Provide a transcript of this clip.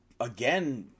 again